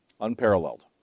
Unparalleled